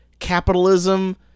capitalism